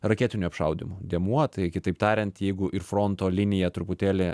raketinio apšaudymo dėmuo tai kitaip tariant jeigu ir fronto linija truputėlį